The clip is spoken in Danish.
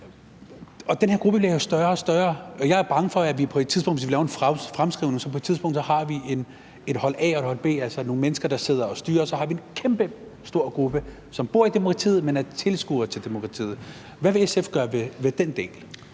Den her gruppe bliver jo større og større, og jeg er bange for, at vi på et tidspunkt, hvis vi laver en fremskrivning, har et hold A og et hold B, altså nogle mennesker, der sidder og styrer, og så en kæmpestor gruppe, som bor i demokratiet, men som er tilskuere til demokratiet. Hvad vil SF gøre ved den del?